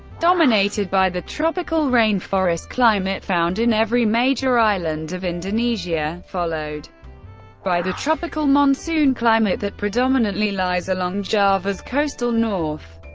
dominated by the tropical rainforest climate found in every major island of indonesia, followed by the tropical monsoon climate that predominantly lies along java's coastal north,